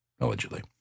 allegedly